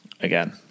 again